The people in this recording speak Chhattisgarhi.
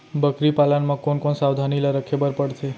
बकरी पालन म कोन कोन सावधानी ल रखे बर पढ़थे?